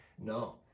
no